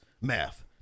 math